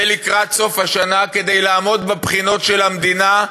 ולקראת סוף השנה, כדי לעמוד בבחינות של המדינה,